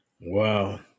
Wow